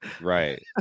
Right